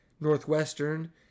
Northwestern